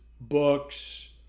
books